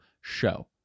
show